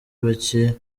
bake